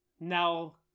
now